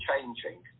changing